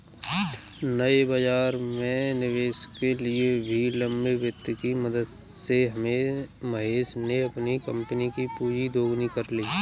नए बाज़ार में निवेश के लिए भी लंबे वित्त की मदद से महेश ने अपनी कम्पनी कि पूँजी दोगुनी कर ली